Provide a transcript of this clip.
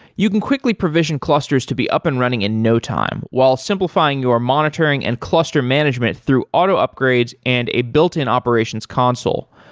you can quickly provision clusters to be up and running in no time while simplifying your monitoring and cluster management through auto upgrades and a built-in operations console.